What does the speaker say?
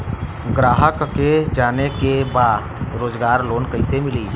ग्राहक के जाने के बा रोजगार लोन कईसे मिली?